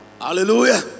hallelujah